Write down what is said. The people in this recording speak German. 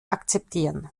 akzeptieren